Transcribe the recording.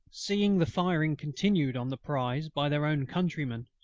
seeing the firing continued on the prize by their own countrymen,